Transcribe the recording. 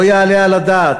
לא יעלה על הדעת,